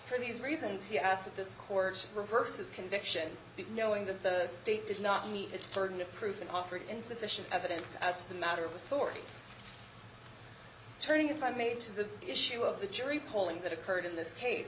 for these reasons he asked that this court reversed his conviction knowing that the state did not meet its burden of proof and offered insufficient evidence as a matter of poor turning if i may to the issue of the jury polling that occurred in this case